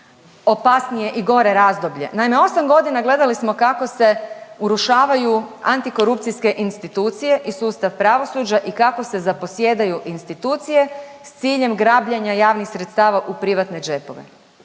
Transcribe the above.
opasnije i gore razdoblje. Naime, 8.g. gledali smo kako se urušavaju antikorupcijske institucije i sustav pravosuđa i kako se zaposjedaju institucije s ciljem grabljenja javnih sredstava u privatne džepove.